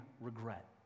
regret